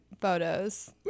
photos